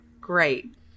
Great